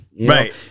right